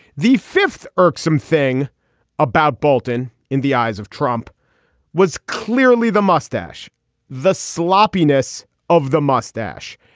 the fifth irksome thing about bolton in the eyes of trump was clearly the mustache the sloppiness of the mustache.